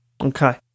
Okay